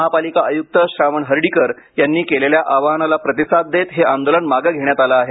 महापालिका आयुक्त श्रावण हर्डीकर यांनी केलेल्या आवाहनाला प्रतिसाद देत हे आंदोलन मागे घेण्यात आलं आहे